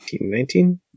19